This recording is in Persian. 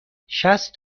شصت